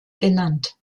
genannt